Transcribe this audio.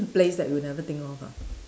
place that we'll never think of ah